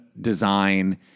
design